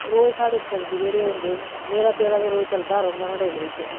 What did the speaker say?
रोज साढ़ै शब्द जेह्ड़े होंदे न मेरा तेरा ते चलदा गै रौंह्दा ना डोगरी च